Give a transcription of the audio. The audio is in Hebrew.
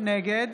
נגד